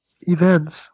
events